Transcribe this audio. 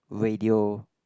radio